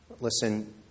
Listen